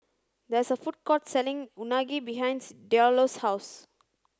there is a food court selling Unagi behind Diallo's house